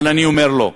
אבל אני אומר: לא,